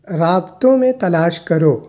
رابطوں میں تلاش کرو